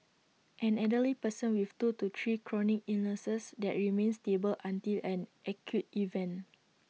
an elderly person with two to three chronic illnesses that remain stable until an acute event